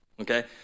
Okay